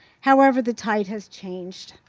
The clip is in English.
however, the tide has changed.